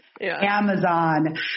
Amazon